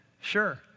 Sure